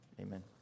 Amen